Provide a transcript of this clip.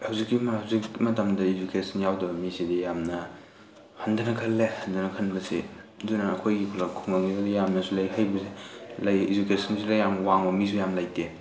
ꯍꯧꯖꯤꯛꯀꯤ ꯍꯧꯖꯤꯛ ꯃꯇꯝꯗ ꯏꯖꯨꯀꯦꯁꯟ ꯌꯥꯎꯗꯕ ꯃꯤꯁꯤꯗꯤ ꯌꯥꯝꯅ ꯍꯟꯊꯅ ꯈꯜꯂꯦ ꯍꯟꯊꯅ ꯈꯟꯕꯁꯤ ꯑꯗꯨꯅ ꯑꯩꯈꯣꯏꯒꯤ ꯈꯨꯂꯛ ꯈꯨꯡꯒꯪꯗꯗꯤ ꯌꯥꯝꯅꯁꯨ ꯂꯥꯏꯔꯤꯛ ꯍꯩꯕꯁꯦ ꯂꯩ ꯏꯖꯨꯀꯦꯁꯟꯁꯤꯗ ꯌꯥꯝ ꯋꯥꯡꯕ ꯃꯤꯁꯨ ꯌꯥꯝ ꯂꯩꯇꯦ